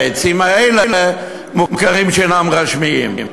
והעצים האלה מוכרים שאינם רשמיים.